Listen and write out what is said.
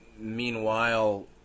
Meanwhile